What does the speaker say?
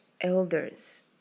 elders